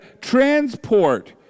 transport